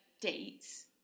dates